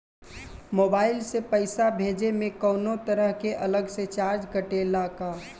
Mobile से पैसा भेजे मे कौनों तरह के अलग से चार्ज कटेला का?